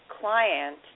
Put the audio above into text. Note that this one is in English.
Client